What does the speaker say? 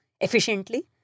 efficiently